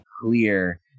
clear